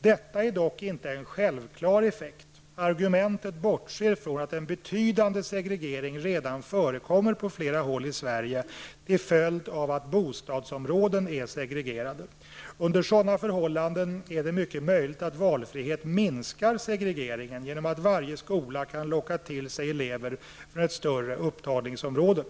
Detta är dock inte en självklar effekt. Argumentet bortser från att en betydande segregering redan förekommer på flera håll i Sverige till följd av att bostadsområden är segregerade. Under sådana förhållanden är det mycket möjligt att valfrihet minskar segregeringen genom att varje skola kan locka till sig elever från ett större upptagningsområde.''